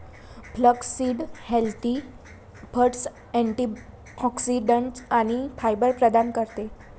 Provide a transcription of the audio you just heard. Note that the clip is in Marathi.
फ्लॅक्ससीड हेल्दी फॅट्स, अँटिऑक्सिडंट्स आणि फायबर प्रदान करते